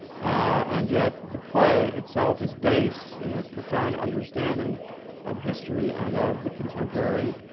and yet the play itself is based in a profound understanding of history and of the contemporary